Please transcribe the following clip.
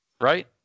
right